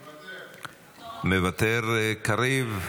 מוותר, קריב?